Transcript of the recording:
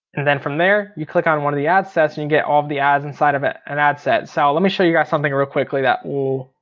and then from there you click on one of the ad sets and you get all of the ads inside of an ad set. so let me show you guys something real quickly that will,